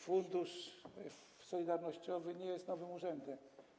Fundusz solidarnościowy nie jest nowym urzędem.